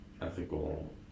ethical